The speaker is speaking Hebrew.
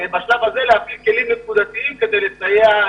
לייצר כלים נקודתיים כדי לסייע.